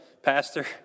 Pastor